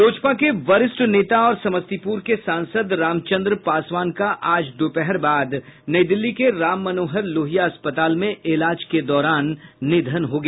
लोजपा के वरिष्ठ नेता और समस्तीपूर के सांसद रामचंद्र पासवान का आज दोपहर बाद नई दिल्ली के राम मनोहर लोहिया अस्पताल में इलाज के दौरान निधन हो गया